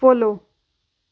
follow